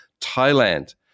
thailand